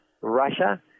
Russia